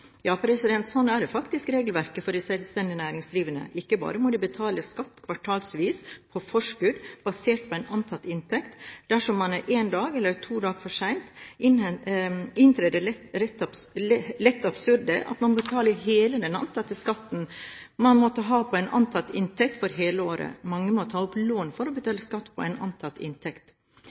Ja, sånn er faktisk regelverket for de selvstendig næringsdrivende. Ikke bare må de betale skatt kvartalsvis på forskudd, basert på en antatt inntekt. Dersom man er en eller to dager for sen, inntrer det lett absurde at man må betale hele den antatte skatten man måtte ha på en antatt inntekt for hele året. Mange må ta opp lån for å betale skatt på en antatt inntekt.